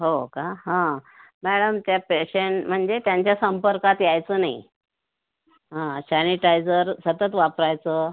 हो का हां मॅडम त्या पेशंट म्हणजे त्यांच्या संपर्कात यायचं नाही हां सॅनिटायझर सतत वापरायचं